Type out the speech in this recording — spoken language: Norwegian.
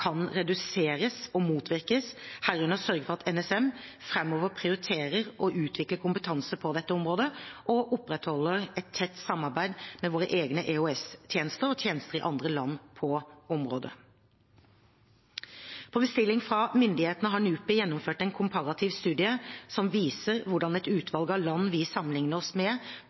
kan reduseres og motvirkes, herunder sørge for at NSM framover prioriterer å utvikle kompetanse på dette området og opprettholder et tett samarbeid med våre egne EOS-tjenester og tjenester i andre land på området. På bestilling fra myndighetene har NUPI gjennomført en komparativ studie som viser hvordan et utvalg av land vi sammenlikner oss med,